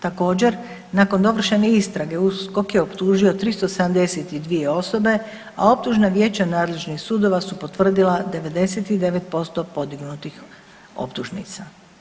Također, nakon dovršene istrage, USKOK je optužio 372 osobe, a optužna vijeća nadležnih sudova su potvrdila 99% podignutih optužnica.